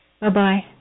Bye-bye